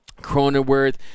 Cronenworth